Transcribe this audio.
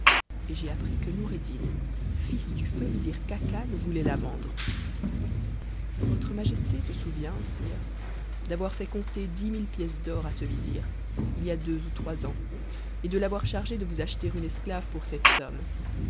et j'ai appris que noureddin fils du feu vizir khacan voulait a vendre il votre majesté se souvient sire d'avoir fait compter dix mille pièces d'or à ce vizir il y a deux ou trois ans et de l'avoir chargé de vous acheter une esclave pour cette somme